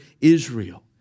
Israel